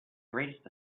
greatest